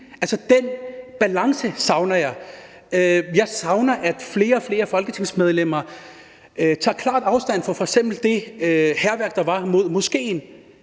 Den balance savner jeg. Jeg savner, at flere og flere folketingsmedlemmer tager klart afstand fra f.eks. det hærværk, der blev begået imod moskeen.